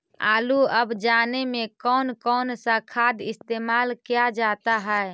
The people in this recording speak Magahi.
आलू अब जाने में कौन कौन सा खाद इस्तेमाल क्या जाता है?